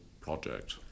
project